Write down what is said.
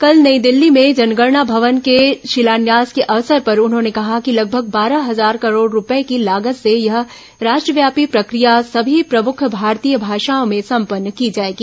कल नई दिल्ली में जनगणना भवन के शिलान्यास के अवसर पर उन्होंने कहा कि लगभग बारह हजार करोड रूपये की लागत से यह राष्ट्रव्यापी प्रक्रिया सभी प्रमुख भारतीय भाषाओं में सम्पन्न की जाएगी